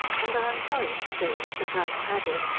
and i am sorry to say that the colonel added,